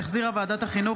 50 בעד,